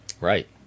Right